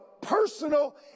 personal